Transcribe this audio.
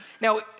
Now